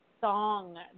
song